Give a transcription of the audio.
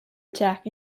attack